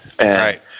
right